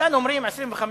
כאן אומרים 25 שנים,